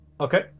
Okay